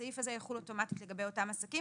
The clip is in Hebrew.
הסעיף הזה יחול אוטומטית לגבי אותם עסקים